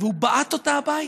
והוא בעט אותה הביתה?